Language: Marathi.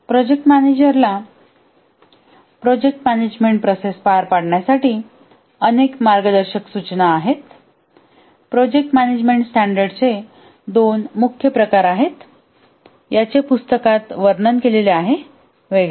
प्रोजेक्ट मॅनेजरला प्रोजेक्ट मॅनेजमेंट प्रोसेस पार पाडण्यासाठी अनेक मार्गदर्शक सूचना आहेत प्रोजेक्ट मॅनेजमेंट स्टॅंडर्डचे दोन मुख्य प्रकार आहेतयाचे पुस्तकात वर्णन केलेले आहे वगैरे